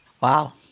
Wow